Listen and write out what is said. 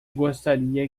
gostaria